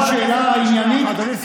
גברתי, עכשיו אני מדבר.